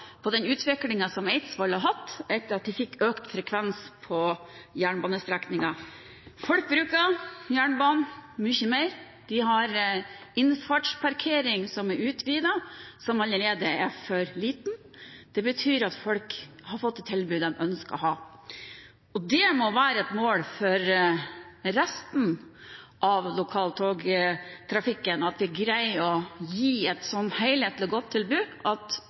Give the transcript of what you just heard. på jernbanestrekningen. Folk bruker jernbanen mye mer og innfartsparkeringen er blir utvidet, men som likevel allerede er for liten. Det betyr at folk har fått et tilbud de har ønsket seg. Det må være et mål for resten av lokaltogtrafikken, at en greier å gi et så helhetlig og godt tilbud at